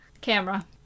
Camera